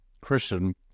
Christian